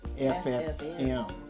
FFM